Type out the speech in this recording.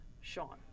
Sean